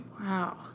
Wow